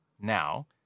Now